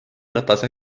ratase